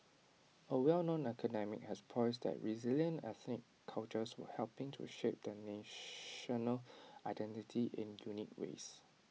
A well known academic has posited that resilient ethnic cultures were helping to shape the national identity in unique ways